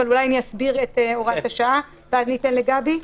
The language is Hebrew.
אולי אני אסביר את הוראת השעה, ואז ניתן לגבי.